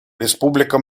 республика